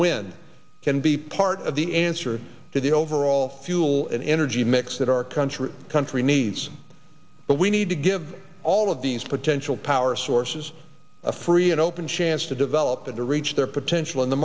wind can be part of the answer to the overall fuel and energy mix that our country country needs but we need to give all of these potential power sources a free and open chance to develop that to reach their potential in the